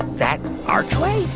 that archway?